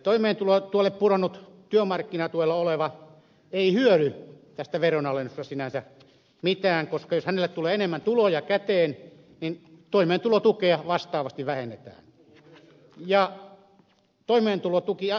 toimeentulotuelle pudonnut työmarkkinatuella oleva ei hyödy tästä veronalennuksesta sinänsä mitään koska jos hänelle tulee enemmän tuloja käteen niin toimeentulotukea vastaavasti vähennetään